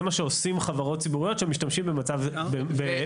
מה שעושים חברות ציבוריות שמשתמשים במשאב ציבורי.